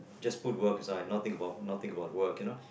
just put work aside not think about not think about work you know